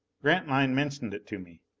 grantline mentioned it to me.